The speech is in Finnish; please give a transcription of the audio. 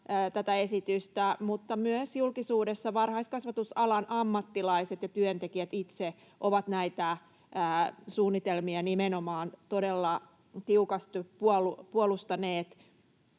tätä esitystä, mutta myös julkisuudessa varhaiskasvatusalan ammattilaiset ja työntekijät itse ovat näitä suunnitelmia nimenomaan todella tiukasti puolustaneet.